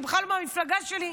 הוא בכלל מהמפלגה שלי,